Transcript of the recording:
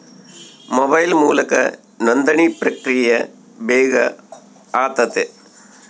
mobile ಮೂಲಕ ನೋಂದಣಿ ಪ್ರಕ್ರಿಯೆ ಬೇಗ ಆತತೆ